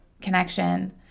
connection